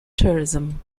tourism